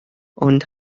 ond